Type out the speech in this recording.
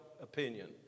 opinion